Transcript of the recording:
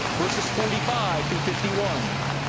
verses forty five through fifty one,